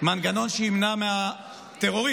מנגנון שימנע מהטרוריסט